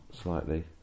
slightly